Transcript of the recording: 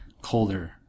colder